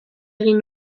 egin